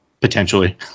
Potentially